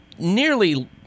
Nearly